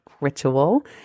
ritual